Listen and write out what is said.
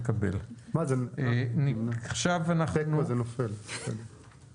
הצבעה ההסתייגויות לא נתקבלו ההסתייגויות לא התקבלו.